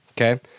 okay